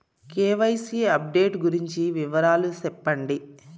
KYC update గురించి వివరాలు సెప్పండి?